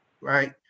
right